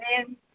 Amen